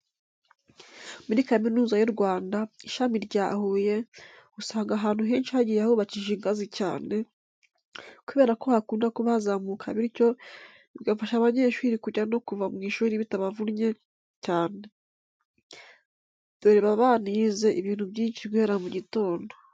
Muri kaminuza y'u Rwanda, Ishami rya Huye usanga ahantu henshi hagiye hubakishije ingazi cyane kubera ko hakunda kuba hazamuka bityo bigafasha abanyeshuri kujya no kuva mu ishuri bitabavunnye cyane, dore baba banize ibintu byinshi guhera mu gitondo.